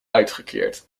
uitgekeerd